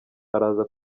araza